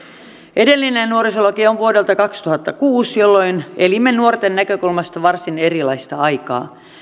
edellinen nuorisolaki on vuodelta kaksituhattakuusi jolloin elimme nuorten näkökulmasta varsin erilaista aikaa